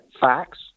facts